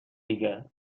دیگه